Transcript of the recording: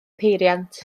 peiriant